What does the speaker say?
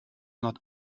not